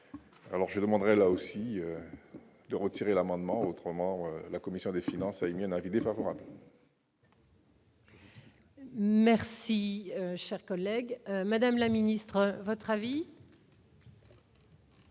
alors je demanderai, là aussi, de retirer l'amendement autrement, la commission des finances, a émis un avis défavorable. Merci, cher collègue, Madame la Ministre votre avis.